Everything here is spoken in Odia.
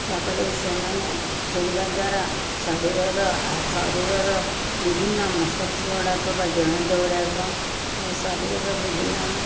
ଯାହା ଫଳରେ ସେମାନେ ଖେଳିବା ଦ୍ୱାରା ଶରୀରର ଶରୀରର ବିଭିନ୍ନ ମସଲସ୍ ଗୁଡ଼ାକ ବା ଯଏଣ୍ଟ ଗୁଡ଼ାକ ଶରୀରର ବିଭିନ୍ନ